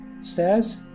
stairs